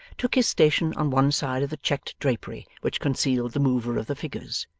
took his station on one side of the checked drapery which concealed the mover of the figures,